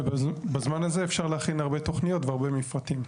בזמן הזה אפשר להכין הרבה תכניות והרבה מפרטים.